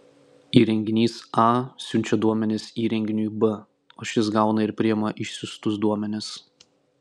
įrenginys a siunčia duomenis įrenginiui b o šis gauna ir priima išsiųstus duomenis